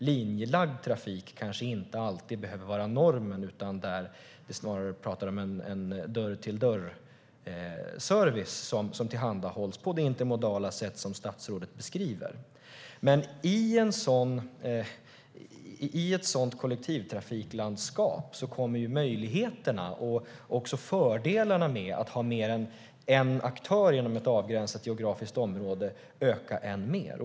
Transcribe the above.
Linjelagd trafik kanske inte alltid behöver vara normen, utan vi talar då snarare om en dörr-till-dörr-service som tillhandahålls på det intermodala sätt som statsrådet beskriver. I ett sådant kollektivtrafiklandskap kommer möjligheterna och även fördelarna med att ha fler än en aktör inom ett avgränsat geografiskt område att öka ännu mer.